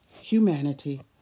humanity